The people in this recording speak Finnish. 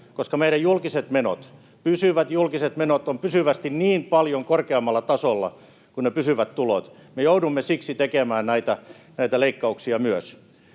koska meidän julkiset menot, pysyvät julkiset menot, ovat pysyvästi niin paljon korkeammalla tasolla kuin ne pysyvät tulot. Me joudumme siksi tekemään näitä leikkauksia myös.